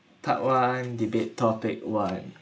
part one debate topic one